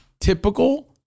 typical